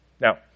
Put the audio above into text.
Now